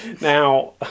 Now